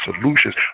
solutions